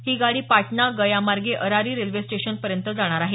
ही गाडी पाटणा गया मार्गे Arari railway station पर्यंत जाणार आहे